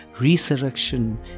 resurrection